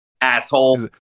Asshole